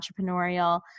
entrepreneurial